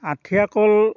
আঠিয়া কল